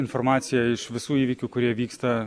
informacija iš visų įvykių kurie vyksta